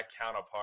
counterpart